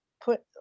put